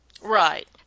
Right